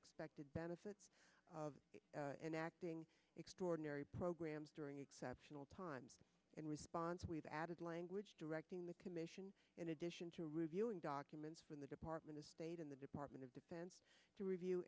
expected benefits of enacting extraordinary programs during exceptional time and response we've added language directing the commission in addition to reviewing documents from the department of state and the department of defense to review